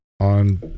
on